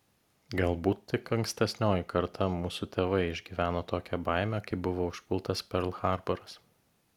galbūt tik ankstesnioji karta mūsų tėvai išgyveno tokią baimę kai buvo užpultas perl harboras